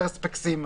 פרספקסים,